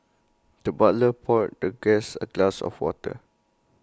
the butler poured the guest A glass of water